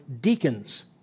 deacons